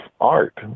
art